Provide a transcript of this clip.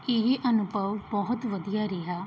ਇਹ ਅਨੁਭਵ ਬਹੁਤ ਵਧੀਆ ਰਿਹਾ